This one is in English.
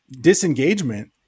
Disengagement